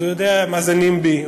אז הוא יודע מה זה NIMBY,